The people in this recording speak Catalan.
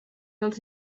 els